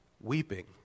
weeping